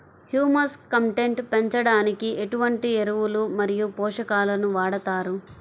Humus content పెంచడానికి ఎటువంటి ఎరువులు మరియు పోషకాలను వాడతారు?